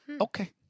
okay